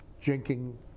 drinking